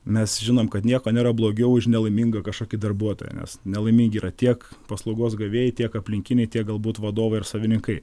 mes žinom kad nieko nėra blogiau už nelaimingą kažkokį darbuotoją nes nelaimingi yra tiek paslaugos gavėjai tiek aplinkiniai tiek galbūt vadovai ar savininkai